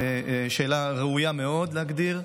שאלה שראוי מאוד להגדיר.